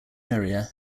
area